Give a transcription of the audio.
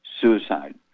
suicide